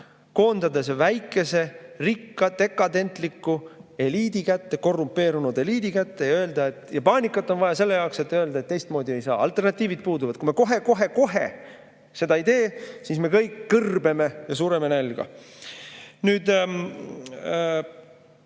koondada see väikese rikka dekadentliku eliidi kätte, korrumpeerunud eliidi kätte ja öelda – paanikat on vaja selle jaoks, et öelda –, et teistmoodi ei saa, alternatiivid puuduvad. Kui me kohe-kohe-kohe seda ei tee, siis me kõik kõrbeme ja sureme nälga. Oletame